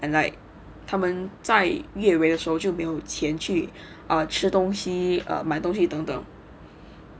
and like 他们在月尾的时候就不用钱去吃东西买东西等等